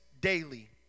daily